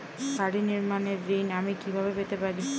বাড়ি নির্মাণের ঋণ আমি কিভাবে পেতে পারি?